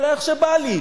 אלא איך שבא לי.